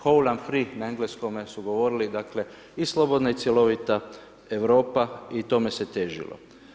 Hol and free na engleskome su govorili, dakle i slobodna i cjelovita Europa i tome se težilo.